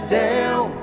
down